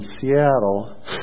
Seattle